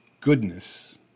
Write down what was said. goodness